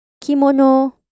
Kimono